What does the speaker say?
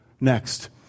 Next